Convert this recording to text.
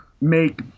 make